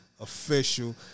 official